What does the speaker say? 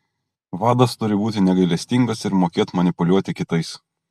vadas turi būti negailestingas ir mokėt manipuliuoti kitais